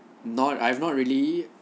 not I've not really